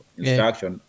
instruction